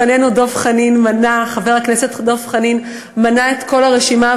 לפנינו חבר הכנסת דב חנין מנה את כל הרשימה,